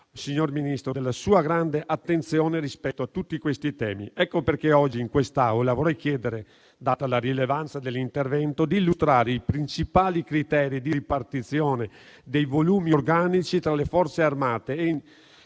Signor Ministro, sappiamo della sua grande attenzione rispetto a tutti questi temi. Ecco perché oggi in quest'Aula vorrei chiedere, data la rilevanza dell'intervento, di voler illustrare i principali criteri di ripartizione dei volumi organici tra le Forze armate